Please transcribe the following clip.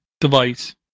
device